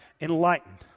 enlightened